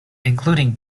including